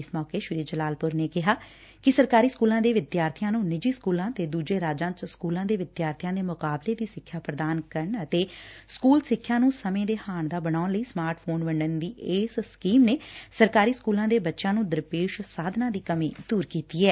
ਇਸ ਮੌਕੇ ਸ੍ਰੀ ਜਲਾਲਪੁਰ ਨੇ ਕਿਹਾ ਕਿ ਸਰਕਾਰੀ ਸਕੁਲਾਂ ਦੇ ਵਿਦਿਆਰਬੀਆਂ ਨੂੰ ਨਿਜੀ ਸਕੁਲਾਂ ਤੇ ਦੁਜੇ ਰਾਜਾਂ ਚ ਸਕੁਲਾਂ ਦੇ ਵਿਦਿਆਰਥੀਆਂ ਦੇ ਮੁਕਾਬਲੇ ਦੀ ਸਿੱਖਿਆ ਪੁਦਾਨ ਕਰਨ ਅਤੇ ਸਕਲ ਸਿੱਖਿਆ ਨੂੰ ਸਮੇਂ ਦੇ ਹਾਣ ਦਾ ਬਣਾਉਣ ਲਈ ਸਮਾਰਟ ਫੋਨ ਵੰਡਣ ਦੀ ਇਸ ਸਕੀਮ ਨੇ ਸਰਕਾਰੀ ਸਕੁਲਾਂ ਦੇ ਬੱਚਿਆਂ ਨੇ ਦਰਪੇਸ਼ ਸਾਧਨਾਂ ਦੀ ਕਮੀ ਦੁਰ ਕੀਤੀ ਏ